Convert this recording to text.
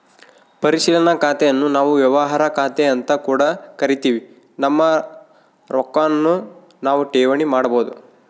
ಪರಿಶೀಲನಾ ಖಾತೆನ್ನು ನಾವು ವ್ಯವಹಾರ ಖಾತೆಅಂತ ಕೂಡ ಕರಿತಿವಿ, ನಮ್ಮ ರೊಕ್ವನ್ನು ನಾವು ಠೇವಣಿ ಮಾಡಬೋದು